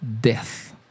Death